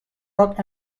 rock